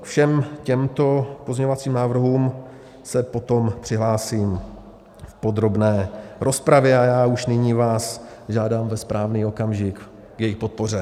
Ke všem těmto pozměňovacím návrhům se potom přihlásím v podrobné rozpravě a já už nyní vás žádám ve správný okamžik k jejich podpoře.